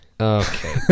Okay